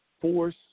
force